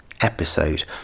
episode